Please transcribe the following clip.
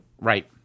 Right